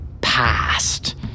past